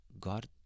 God